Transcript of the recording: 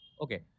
Okay